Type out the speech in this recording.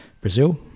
Brazil